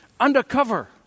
Undercover